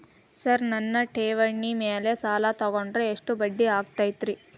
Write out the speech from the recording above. Sir ನನ್ನ ಠೇವಣಿ ಮೇಲೆ ಸಾಲ ತಗೊಂಡ್ರೆ ಎಷ್ಟು ಬಡ್ಡಿ ಆಗತೈತ್ರಿ?